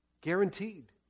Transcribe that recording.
Guaranteed